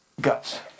guts